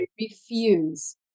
refuse